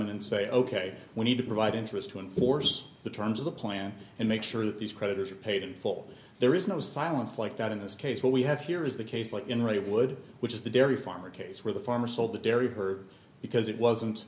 in and say ok we need to provide interest to enforce the terms of the plan and make sure that these creditors are paid in full there is no silence like that in this case what we have here is the case like in redwood which is the dairy farmer case where the farmer sold the dairy her because it